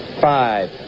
Five